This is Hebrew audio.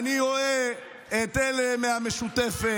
אתה תצביע